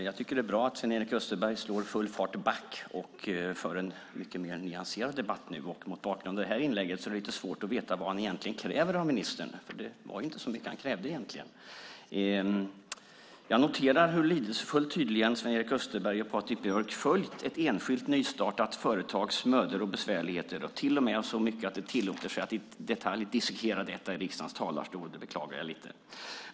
Fru talman! Det är bra att Sven-Erik Österberg slår full fart back och för en mer nyanserad debatt. Mot bakgrund av hans senaste inlägg är det lite svårt att veta vad han egentligen kräver av ministern, för det var inte så mycket han krävde. Jag noterar hur lidelsefullt Sven-Erik Österberg och Patrik Björck följt ett enskilt nystartat företags mödor och besvärligheter - till och med så mycket att de tillåter sig att i detalj dissekera detta i riksdagens talarstol. Det beklagar jag.